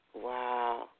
Wow